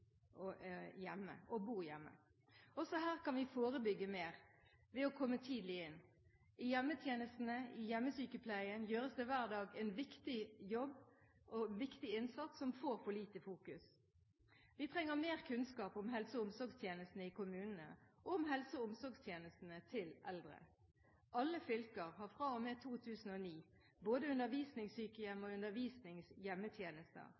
her kan vi forebygge mer ved å komme tidlig inn. I hjemmetjenestene, hjemmesykepleien, gjøres det hver dag en viktig jobb og en viktig innsats som får for lite fokus. Vi trenger mer kunnskap om helse- og omsorgstjenestene i kommunene og om helse- og omsorgstjenestene til eldre. Alle fylker har fra og med 2009 både undervisningssykehjem